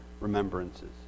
remembrances